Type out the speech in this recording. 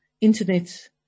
internet